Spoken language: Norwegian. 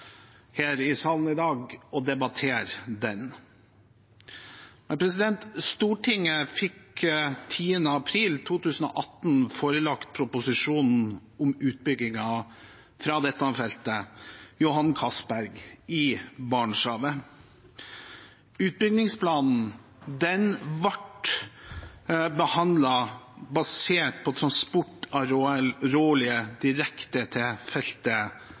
her i salen i dag og debatterer den. Stortinget fikk 10. april 2018 forelagt proposisjonen om utbyggingen av dette feltet – Johan Castberg i Barentshavet. Utbyggingsplanen ble behandlet basert på transport av råolje direkte fra feltet